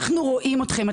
אנחנו רואים אתכם,